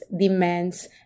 demands